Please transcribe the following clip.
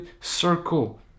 circle